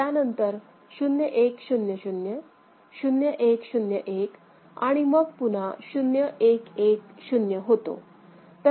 त्यानंतर 0 1 0 0 0 1 0 1 आणि मग पुन्हा 0 1 1 0 होतो